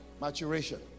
maturation